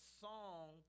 song